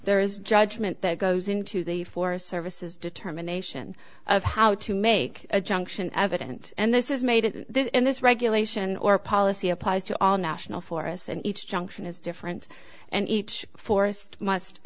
there is judgment that goes into the forest service is determination of how to make a junction evident and this is made in this regulation or policy applies to all national forests and each junction is different and each forest must